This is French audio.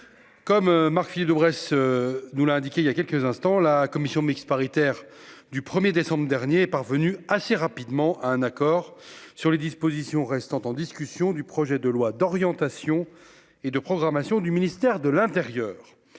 Comme marché de Bresse. Nous l'a indiqué il y a quelques instants, la commission mixte paritaire du 1er décembre dernier parvenu assez rapidement à un accord sur les dispositions restant en discussion du projet de loi d'orientation et de programmation du ministère de l'Intérieur